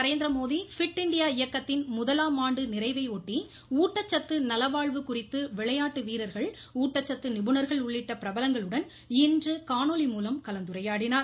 Narendra Modi fit India இயக்கத்தின் முதலாமாண்டு நிறைவை ஒட்டி ஊட்டச்சத்து நலவாழ்வு குறித்து விளையாட்டு வீரர்கள் ஊட்டச்சத்து நிபுணர்கள் உள்ளிட்ட பிரபலங்களுடன் இன்று காணொலி மூலம் கலந்துரையாடினார்